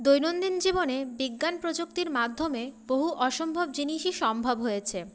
দৈনন্দিন জীবনে বিজ্ঞান প্রযুক্তির মাধ্যমে বহু অসম্ভব জিনিসই সম্ভব হয়েছে